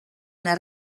una